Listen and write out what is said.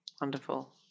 Wonderful